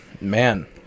man